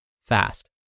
fast